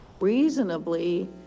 reasonably